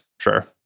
Sure